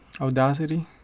audacity